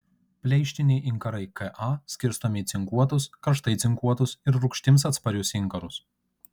pleištiniai inkarai ka skirstomi į cinkuotus karštai cinkuotus ir rūgštims atsparius inkarus